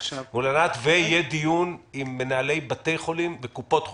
ויהיה דיון עם מנהלי בתי חולים וקופות חולים,